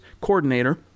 coordinator